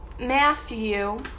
Matthew